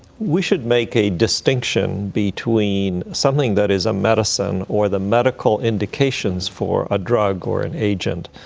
we should make a distinction between something that is a medicine or the medical indications for a drug or an agent,